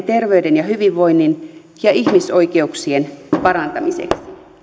terveyden hyvinvoinnin ja ihmisoikeuksien parantamiseksi